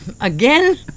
Again